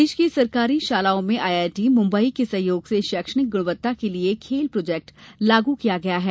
प्रदेश के सरकारी शालाओं में आईआईटी मुंबई के सहयोग से शैक्षणिक गुणवत्ता के लिए खेल प्रोजेक्ट लागू किया गया है